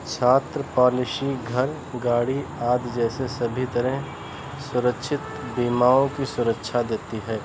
छात्र पॉलिशी घर गाड़ी आदि जैसे सभी तरह सुरक्षित बीमाओं की सुरक्षा देती है